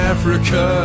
Africa